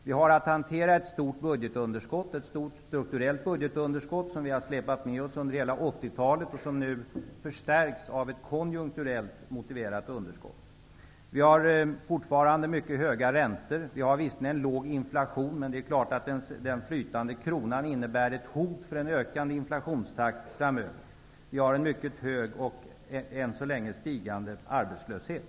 Vi har att hantera ett stort budgetunderskott, ett strukturellt underskott, som vi har släpat med oss under hela 80-talet och som nu förstärks av ett konjunkturellt motiverat underskott. Vi har fortfarande mycket höga räntor. Vi har visserligen en låg inflation, men det är klart att den flytande kronan innebär ett hot om en ökande inflationstakt framöver. Vi har en mycket hög, och än så länge stigande, arbetslöshet.